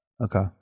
Okay